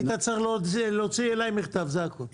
היית צריך להוציא אליי מכתב, זה הכול.